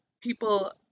people